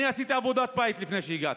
אני עשיתי עבודת בית לפני שהגעתי,